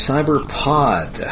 Cyberpod